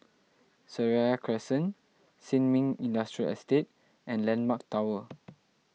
Seraya Crescent Sin Ming Industrial Estate and Landmark Tower